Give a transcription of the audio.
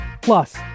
Plus